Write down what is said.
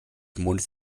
mondes